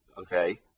okay